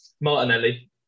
Martinelli